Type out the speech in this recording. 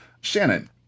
Shannon